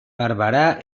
barberà